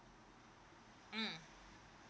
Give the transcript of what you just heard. mm